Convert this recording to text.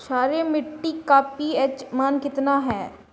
क्षारीय मीट्टी का पी.एच मान कितना ह?